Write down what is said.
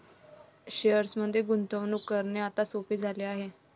शेअर्समध्ये गुंतवणूक करणे आता सोपे झाले आहे